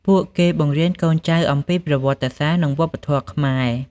ពួកគេបង្រៀនកូនចៅអំពីប្រវត្តិសាស្ត្រ និងវប្បធម៌ខ្មែរ។